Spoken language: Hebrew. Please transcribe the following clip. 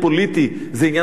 זה עניין של עובדות.